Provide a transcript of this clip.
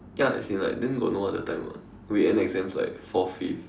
ya as in like then got no other time [what] we end exams like fourth fifth